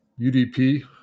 UDP